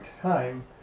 time